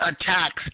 attacks